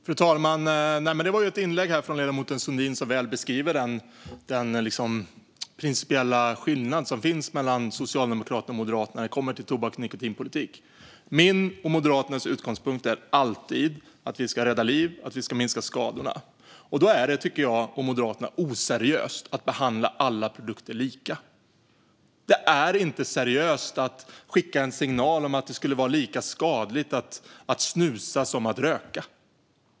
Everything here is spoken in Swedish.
Fru talman! Detta var ett inlägg från ledamoten Sundin som väl beskriver den principiella skillnad som finns mellan Socialdemokraterna och Moderaterna när det gäller tobaks och nikotinpolitik. Min och Moderaternas utgångspunkt är alltid att vi ska rädda liv och minska skadorna. Då är det, tycker jag och Moderaterna, oseriöst att behandla alla produkter lika. Det är inte seriöst att skicka en signal om att det skulle vara lika skadligt att snusa som att röka.